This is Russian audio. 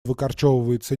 выкорчевывается